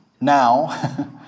now